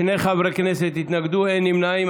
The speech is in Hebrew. שני חברי כנסת התנגדו, אין נמנעים.